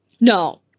No